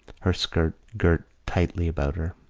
her skirt girt tightly about her.